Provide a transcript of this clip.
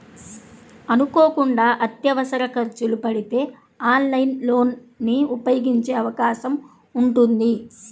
అనుకోకుండా అత్యవసర ఖర్చులు పడితే ఆన్లైన్ లోన్ ని ఉపయోగించే అవకాశం ఉంటుంది